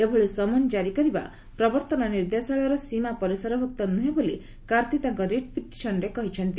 ଏଭଳି ସମନ ଜାରି କରିବା ପ୍ରବର୍ତ୍ତନ ନିର୍ଦ୍ଦେଶାଳୟର ସୀମା ପରିସରଭୁକ୍ତ ନୁହେଁ ବୋଲି କାର୍ତ୍ତି ତାଙ୍କ ରିଟ୍ ପିଟିସନ୍ରେ କହିଛନ୍ତି